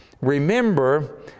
remember